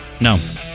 No